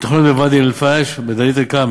ותוכנית בוואדי אל-פש בדאלית-אלכרמל,